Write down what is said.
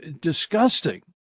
disgusting